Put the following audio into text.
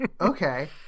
Okay